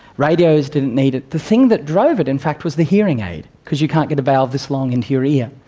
radios didn't need it. the thing that drove it in fact was the hearing aid because you can't get a valve this long into your ear.